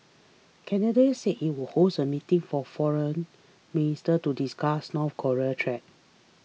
Canada said it would host a meeting for foreign ministers to discuss North Korean threat